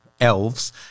elves